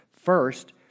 first